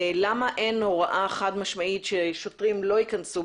למה אין הוראה חד משמעית ששוטרים לא ייכנסו